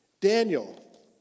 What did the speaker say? Daniel